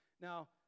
Now